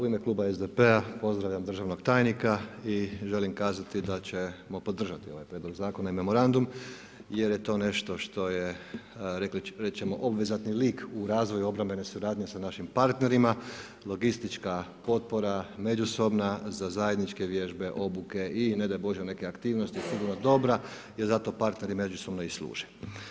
U ime Kluba SDP-a pozdravljam državnog tajnika i želim kazati da ćemo podržati ovaj prijedlog zakona i memorandum, jer je to nešto što je reći ćemo obvezatni lik u razvoju obrambene suradnje sa našim partnerima, logistička potpora, međusobna, za zajedničke vježbe, obuke i ne daj Bože neke aktivnosti, sigurno dobra jer zato partneri međusobno i služe.